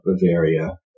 Bavaria